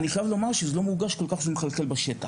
אבל אני חייב לומר שזה לא מורגש כל כך שזה מחלחל בשטח.